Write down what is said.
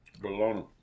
Bologna